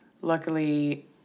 luckily